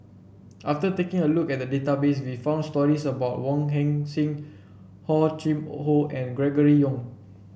after taking a look at the database we found stories about Wong Heck Sing Hor Chim Or and Gregory Yong